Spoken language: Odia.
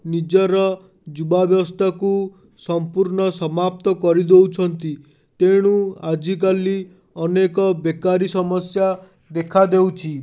ନିଜର ଯୁବାବସ୍ଥାକୁ ସମ୍ପୂର୍ଣ୍ଣ ସମାପ୍ତ କରିଦେଉଛନ୍ତି ତେଣୁ ଆଜିକାଲି ଅନେକ ବେକାରୀ ସମସ୍ୟା ଦେଖାଦେଉଛି